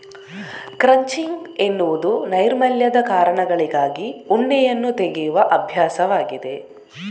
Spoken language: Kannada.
ಕ್ರಚಿಂಗ್ ಎನ್ನುವುದು ನೈರ್ಮಲ್ಯದ ಕಾರಣಗಳಿಗಾಗಿ ಉಣ್ಣೆಯನ್ನು ತೆಗೆಯುವ ಅಭ್ಯಾಸವಾಗಿದೆ